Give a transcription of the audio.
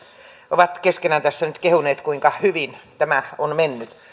ovat keskenään tässä nyt kehuneet kuinka hyvin tämä on mennyt